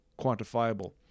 quantifiable